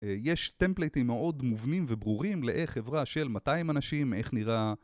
יש טמפלייטים מאוד מובנים וברורים לאיך חברה של 200 אנשים איך נראה